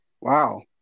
Wow